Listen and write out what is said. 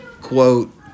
quote